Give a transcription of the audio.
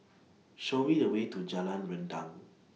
Show Me The Way to Jalan Rendang